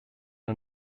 der